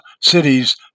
cities